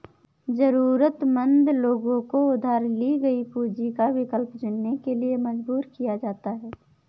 जरूरतमंद लोगों को उधार ली गई पूंजी का विकल्प चुनने के लिए मजबूर किया जाता है